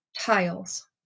tiles